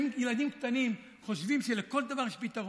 ילדים קטנים חושבים שלכל דבר יש פתרון.